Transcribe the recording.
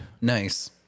Nice